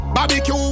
Barbecue